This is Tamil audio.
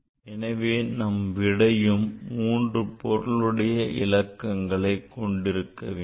எனவே நம் விடையும் 3 பொருளுடைய இலக்கங்களைக் கொண்டிருக்க வேண்டும்